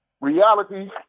reality